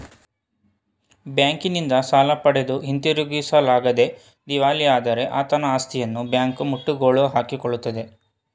ಬ್ಯಾಂಕಿನಿಂದ ಸಾಲ ಪಡೆದು ಹಿಂದಿರುಗಿಸಲಾಗದೆ ದಿವಾಳಿಯಾದರೆ ಆತನ ಆಸ್ತಿಯನ್ನು ಬ್ಯಾಂಕ್ ಮುಟ್ಟುಗೋಲು ಹಾಕಿಕೊಳ್ಳುತ್ತದೆ